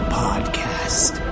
podcast